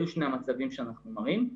אלו שני המצבים שאנחנו מראים.